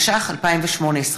התשע"ח 2018,